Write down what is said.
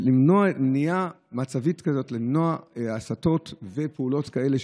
למנוע הסתות ופעולות כאלה,